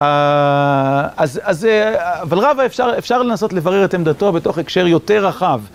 אז... אבל רבה אפשר לנסות לברר את עמדתו בתוך הקשר יותר רחב.